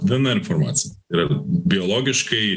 dnr informacija yra biologiškai